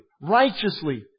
righteously